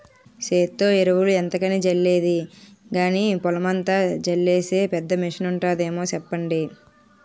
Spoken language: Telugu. సేత్తో ఎరువులు ఎంతకని జల్లేది గానీ, పొలమంతా జల్లీసే పెద్ద మిసనుంటాదేమో సెప్పండి?